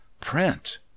print